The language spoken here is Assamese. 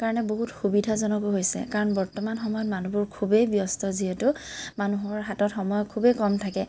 কাৰণে বহুত সুবিধাজনকো হৈছে কাৰণ বৰ্তমান সময়ত মানুহবোৰ খুবেই ব্যস্ত যিহেতু মানুহৰ হাতত সময় খুবেই কম থাকে